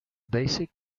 basic